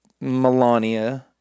Melania